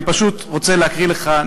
אני פשוט רוצה להקריא לך.